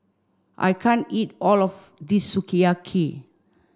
I can't eat all of this Sukiyaki